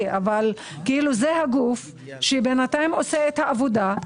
אבל זה הגוף שעושה את העבודה בינתיים,